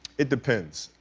it depends.